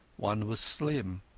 one was slim,